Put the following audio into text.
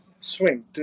swing